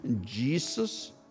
Jesus